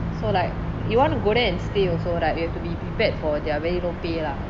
so like you want to go there and stay also right you have to be prepared for their very low pay lah